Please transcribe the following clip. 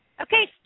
Okay